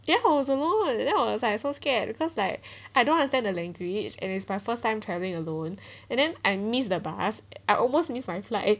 yeah I was alone then I was like so scared because like I don't understand the language and it's my first time travelling alone and then and I missed the bus I almost missed my flight